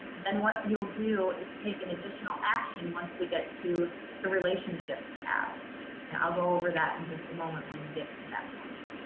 then what you'll do is take an additional action once we get to the relationships tab and i'll go that in just a moment, when you get to that point.